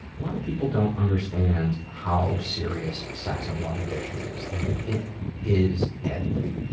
a lot of people don't understand how serious sex and love addiction is, that it it is deadly.